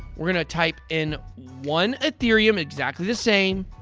we're going to type in one ethereum, exactly the same,